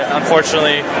unfortunately